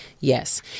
Yes